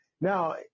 Now